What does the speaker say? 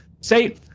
Say